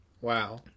Wow